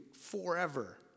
forever